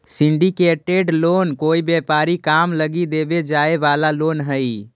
syndicated loan कोई व्यापारिक काम लगी देवे जाए वाला लोन हई